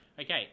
Okay